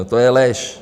To je lež.